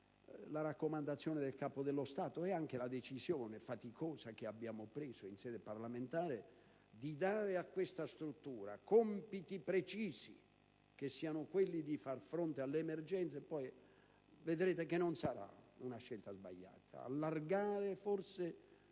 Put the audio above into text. La raccomandazione del Capo dello Stato ed anche le decisioni, faticose, che abbiamo preso in sede parlamentare, nel senso di dare a questa struttura compiti precisi che siano quelli di far fronte alle emergenze, vedrete che non sarà una scelta sbagliata; perché allargare le